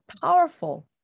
powerful